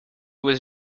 was